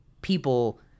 people